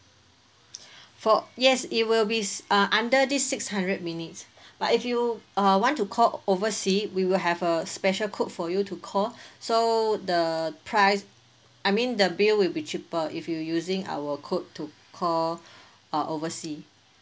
for yes it will be uh under this six hundred minutes but if you uh want to call oversea we will have a special code for you to call so the price I mean the bill will be cheaper if you using our code to call uh oversea